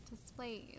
displays